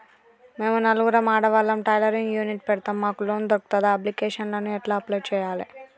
మేము నలుగురం ఆడవాళ్ళం టైలరింగ్ యూనిట్ పెడతం మాకు లోన్ దొర్కుతదా? అప్లికేషన్లను ఎట్ల అప్లయ్ చేయాలే?